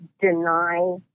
deny